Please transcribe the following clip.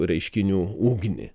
reiškinių ugnį